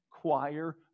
choir